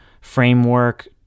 framework